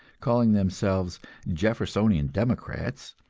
calling themselves jeffersonian democrats,